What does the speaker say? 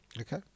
Okay